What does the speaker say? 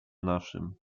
naszym